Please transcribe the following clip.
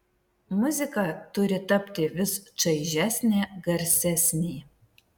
muzika turi tapti vis čaižesnė garsesnė